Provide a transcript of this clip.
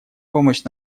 помощь